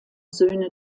söhne